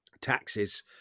taxes